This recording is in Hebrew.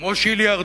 כמו של ירדן,